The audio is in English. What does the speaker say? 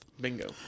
Bingo